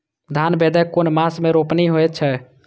धान भदेय कुन मास में रोपनी होय छै?